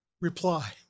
reply